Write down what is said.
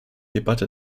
debatte